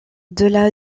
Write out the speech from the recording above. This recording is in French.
delà